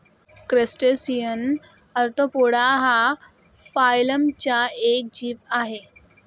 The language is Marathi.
क्रस्टेसियन ऑर्थोपोडा हा फायलमचा एक जीव आहे